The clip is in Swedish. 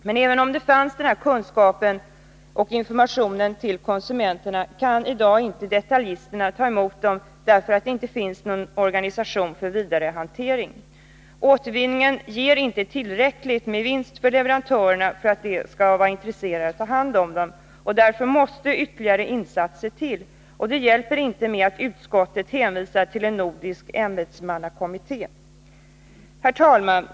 Men även om denna information till och kunskap hos konsumenterna fanns, kunde detaljisterna inte ta emot dessa batterier i dag, därför att det inte finns någon organisation för vidarehantering. Återvinningen ger inte tillräcklig vinst för leverantörerna för att de skall vara intresserade av att ta hand om dem. Därför måste ytterligare insatser till. Och det hjälper inte att utskottet hänvisar till en nordisk ämbetsmannakommitté. Herr talman!